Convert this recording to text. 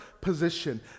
position